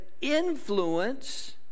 influence